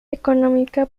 económica